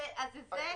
זה הנושא הזה,